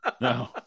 No